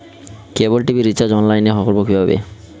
কেবল TV recharge online এ কিভাবে করব?